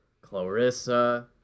Clarissa